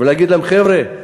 ולהגיד להם: חבר'ה,